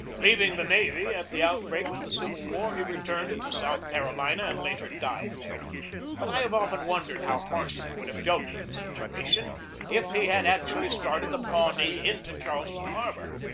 leaving the navy at the outbreak of the civil war, he returned to south carolina, and later died there but i have often wondered how marcy would have dealt with the situation if he had actually started the pawnee into charleston harbor.